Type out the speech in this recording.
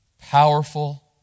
powerful